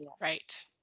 right